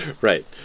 Right